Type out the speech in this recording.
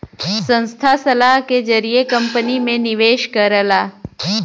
संस्था सलाह के जरिए कंपनी में निवेश करला